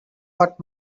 what